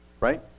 right